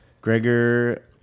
Gregor